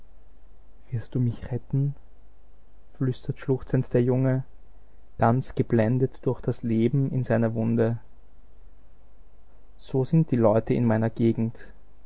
wirst du mich retten flüstert schluchzend der junge ganz geblendet durch das leben in seiner wunde so sind die leute in meiner gegend